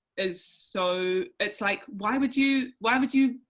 is so, it's like, why would you, why would you.